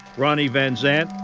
ronnie van zant.